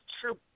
true